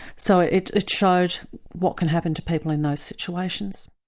so it it showed what can happen to people in those situations.